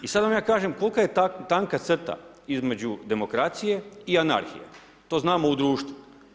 I sada vam ja kažem kolika je tanka crta između demokracije i anarhije, to znamo u društvu.